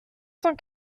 cent